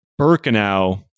Birkenau